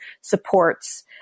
supports